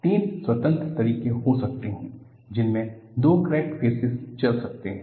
तीन स्वतंत्र तरीके हो सकते हैं जिसमें दो क्रैक फ़ेसिस चल सकते हैं